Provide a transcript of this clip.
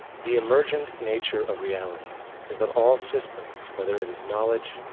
the emergent nature of reality is that all systems whether it is knowledge,